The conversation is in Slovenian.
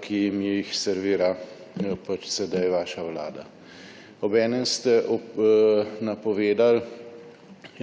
ki jim jih servira pač sedaj vaša vlada. Obenem ste napovedali